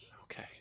Okay